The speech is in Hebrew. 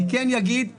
אני כן אגיד שלנו,